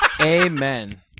Amen